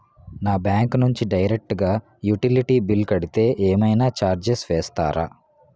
నా బ్యాంక్ నుంచి డైరెక్ట్ గా యుటిలిటీ బిల్ కడితే ఏమైనా చార్జెస్ వేస్తారా?